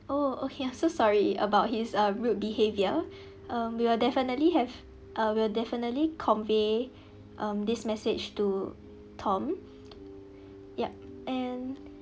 oh okay I'm so sorry about his uh rude behavior um we will definitely have uh we'll definitely convey um this message to tom and